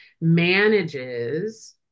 manages